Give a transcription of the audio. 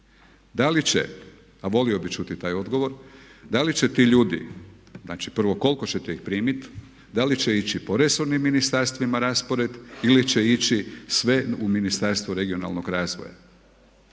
Da li će, a volio bih čuti taj odgovor, da li će ti ljudi, znači prvo koliko ćete ih primiti, da li će ići po resornim ministarstvima raspored ili će ići sve u Ministarstvo regionalnog razvoja.